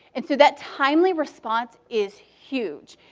and so that timely response is huge.